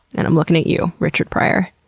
and i'm looking at you, richard pryor.